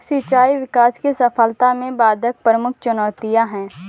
सिंचाई विकास की सफलता में बाधक प्रमुख चुनौतियाँ है